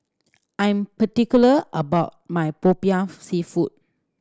I'm particular about my Popiah Seafood